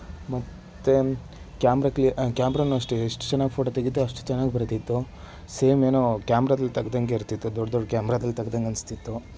ಮತ್ತೆ ಕ್ಯಾಮರ ಕ್ಯಾಮರವೂ ಅಷ್ಟೆ ಎಷ್ಟು ಚೆನ್ನಾಗಿ ಫ಼ೋಟೋ ತೆಗಿತೇವೆ ಅಷ್ಟು ಚೆನ್ನಾಗಿ ಬರ್ತಿತ್ತು ಸೇಮ್ ಏನು ಕ್ಯಾಮರದಲ್ಲಿ ತೆಗ್ದಂಗೆ ಇರ್ತಿತ್ತು ದೊಡ್ಡ ದೊಡ್ಡ ಕ್ಯಾಮರದಲ್ಲಿ ತೆಗ್ದಂಗೆ ಅನ್ನಿಸ್ತಿತ್ತು